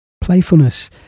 Playfulness